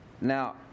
Now